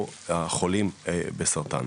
או החולים בסרטן.